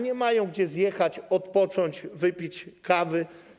Nie mają gdzie zjechać, odpocząć, wypić kawy.